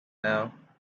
now